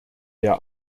der